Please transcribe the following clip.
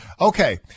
Okay